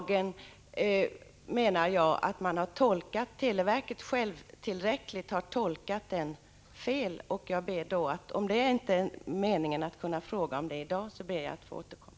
Herr talman! Jag menar att televerket självt har tolkat lagen fel. Om jag inte kan få fråga om detta i dag ber jag att få återkomma.